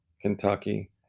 Kentucky